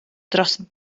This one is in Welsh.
dros